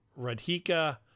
Radhika